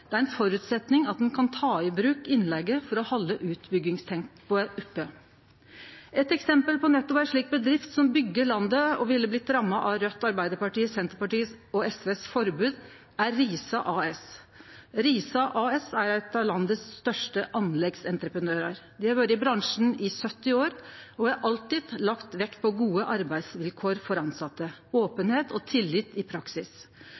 Det er ein føresetnad at ein kan ta i bruk innleige for å halde utbyggingstempoet oppe. Eit eksempel på nettopp ei slik bedrift som byggjer landet, og som ville blitt ramma av Raudt, Arbeidarpartiet, Senterpartiet og SV sitt forbod, er Risa AS. Risa AS er ein av dei største anleggsentreprenørane i landet. Dei har vore i bransjen i 70 år og har alltid lagt vekt på gode arbeidsvilkår for tilsette, openheit og tillit i praksis.